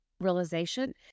realization